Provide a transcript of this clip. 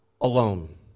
alone